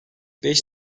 beş